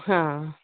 हा